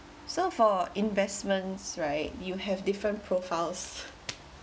so for investments right you have different profiles